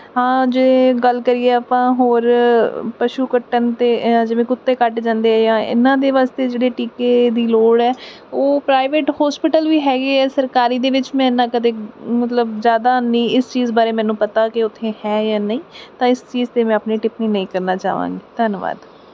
ਹਾਂ ਜੇ ਗੱਲ ਕਰੀਏ ਆਪਾਂ ਹੋਰ ਪਸ਼ੂ ਕੱਟਣ 'ਤੇ ਜਿਵੇਂ ਕੁੱਤੇ ਕੱਟ ਜਾਂਦੇ ਜਾਂ ਇਹਨਾਂ ਦੇ ਵਾਸਤੇ ਜਿਹੜੇ ਟੀਕੇ ਦੀ ਲੋੜ ਹੈ ਉਹ ਪ੍ਰਾਈਵੇਟ ਹੋਸਪੀਟਲ ਵੀ ਹੈਗੇ ਆ ਸਰਕਾਰੀ ਦੇ ਵਿੱਚ ਮੈਂ ਇੰਨਾ ਕਦੇ ਮਤਲਬ ਜ਼ਿਆਦਾ ਨਹੀਂ ਇਸ ਚੀਜ਼ ਬਾਰੇ ਮੈਨੂੰ ਪਤਾ ਕਿ ਉੱਥੇ ਹੈ ਜਾਂ ਨਹੀਂ ਤਾਂ ਇਸ ਚੀਜ਼ 'ਤੇ ਮੈਂ ਆਪਣੀ ਟਿੱਪਣੀ ਨਹੀਂ ਕਰਨਾ ਚਾਹਾਂਗੀ ਧੰਨਵਾਦ